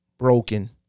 Broken